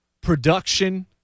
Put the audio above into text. production